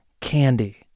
candy